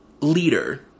leader